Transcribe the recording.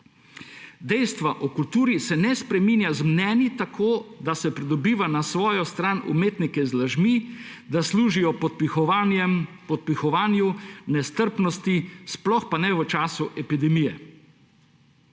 Dejstev o kulturi se ne spreminja z mnenji tako, da se pridobiva na svojo stran umetnike z lažmi, da služijo podpihovanju, nestrpnosti, sploh pa ne v času epidemije.